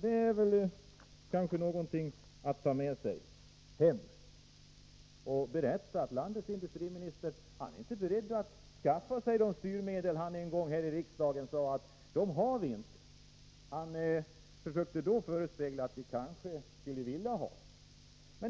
Det kanske är någonting att ta med sig hem, att berätta att landets industriminister inte är beredd att skaffa sig de styrmedel han en gång här i riksdagen sade att vi inte hade. Han försökte då förespegla opinionen att vi kanske skulle vilja ha dem.